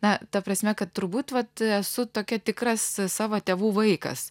na ta prasme kad turbūt vat esu tokia tikras savo tėvų vaikas